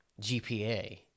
GPA